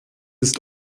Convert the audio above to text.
ist